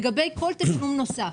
לגבי כל תשלום נוסף,